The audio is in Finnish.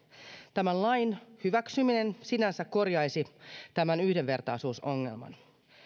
tämän lain hyväksyminen sinänsä korjaisi tämän yhdenvertaisuusongelman